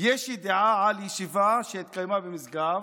יש ידיעה על ישיבה שהתקיימה במשגב,